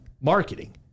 marketing